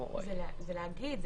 האם זה להגיד?